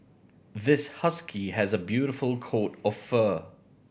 this husky has a beautiful coat of fur